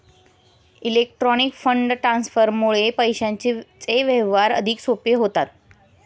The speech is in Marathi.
इलेक्ट्रॉनिक फंड ट्रान्सफरमुळे पैशांचे व्यवहार अधिक सोपे होतात